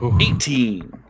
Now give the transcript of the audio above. Eighteen